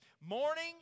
Morning